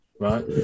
Right